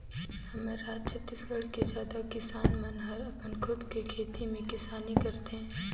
हमर राज छत्तीसगढ़ के जादा किसान मन हर अपन खुद के खेत में किसानी करथे